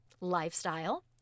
lifestyle